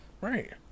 Right